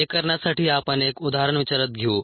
हे करण्यासाठी आपण एक उदाहरण विचारात घेऊ